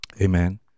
Amen